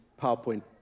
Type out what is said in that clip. PowerPoint